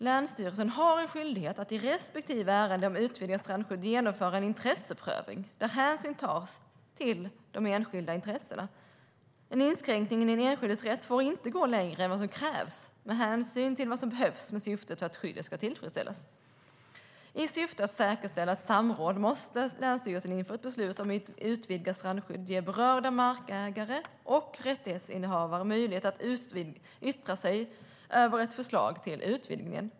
Länsstyrelsen har en skyldighet att i respektive ärende om utvidgat strandskydd genomföra en intresseprövning där hänsyn tas till enskilda intressen. En inskränkning i den enskildes rätt får inte gå längre än vad som krävs med hänsyn till vad som behövs för att syftet med skyddet ska tillfredsställas. I syfte att säkerställa ett samråd måste länsstyrelsen inför ett beslut om utvidgat strandskydd ge berörda markägare och rättighetsinnehavare möjlighet att yttra sig över ett förslag till utvidgning.